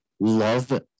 Love